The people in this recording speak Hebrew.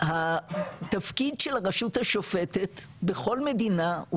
התפקיד של הרשות השופטת בכל מדינה,